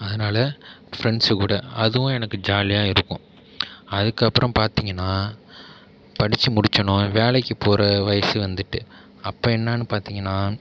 அதனால் ஃப்ரெண்ட்ஸு கூட அதுவும் எனக்கு ஜாலியாக இருக்கும் அதுக்கப்புறம் பார்த்திங்கனா படிச்சு முடிச்சோனோ வேலைக்கு போகற வயசு வந்துவிட்டு அப்போ என்னென்னு பாத்திங்கனா